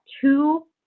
two